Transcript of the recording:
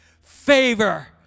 Favor